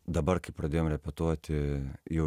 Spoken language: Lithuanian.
dabar kai pradėjom repetuoti jau